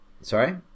Sorry